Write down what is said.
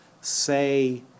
say